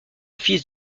fils